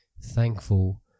thankful